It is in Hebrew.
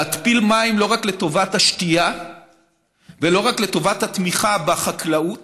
להתפיל מים לא רק לטובת השתייה ולא רק לטובת התמיכה בחקלאות